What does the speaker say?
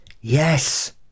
YES